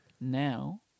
Now